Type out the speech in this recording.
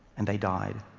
and they died.